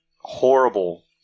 horrible